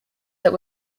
that